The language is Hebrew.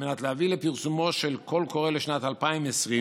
מנת להביא לפרסומו של קול קורא לשנת 2020,